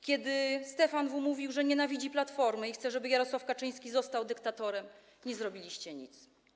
Kiedy Stefan W. mówił, że nienawidzi Platformy i chce, żeby Jarosław Kaczyński został dyktatorem, nie zrobiliście nic.